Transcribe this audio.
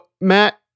Matt